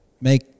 make